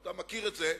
אתה מכיר את זה,